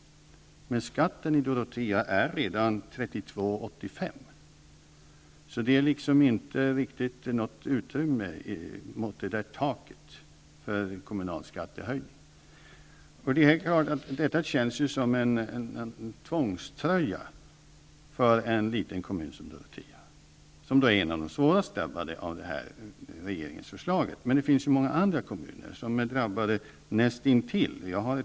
Men skatten i Dorotea är redan 32:85, så det finns liksom inte något utrymme kvar till taket så att man kan göra en kommunalskattehöjning. Det är klart att detta känns som en tvångströja för en liten kommun som Dorotea, som är en av dem som drabbas svårast av det här regeringsförslaget. Men det finns många andra kommuner som drabbas näst intill lika hårt.